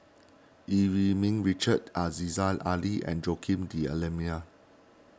Yee Eu Ming Richard Aziza Ali and Joaquim D'Almeida